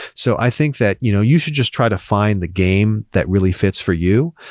so i think that you know you should just try to find the game that really fits for you.